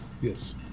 Yes